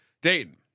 Dayton